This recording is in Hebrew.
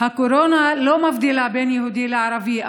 הקורונה לא מבדילה בין יהודי לערבי,